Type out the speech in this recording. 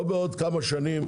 לא עוד כמה שנים,